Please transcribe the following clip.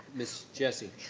ms. jessie.